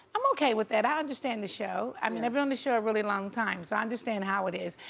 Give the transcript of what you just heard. i'm okay with it, i understand the show. i mean, i've been on the show a really long time so i understand how it is.